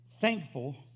Thankful